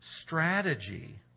strategy